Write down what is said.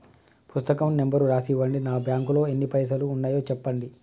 పుస్తకం నెంబరు రాసి ఇవ్వండి? నా బ్యాంకు లో ఎన్ని పైసలు ఉన్నాయో చెప్పండి?